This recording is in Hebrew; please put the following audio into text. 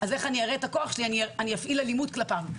אני אראה את הכוח שלי כשאני אפעיל אלימות כלפיו.